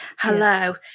hello